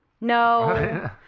No